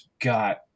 got